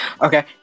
Okay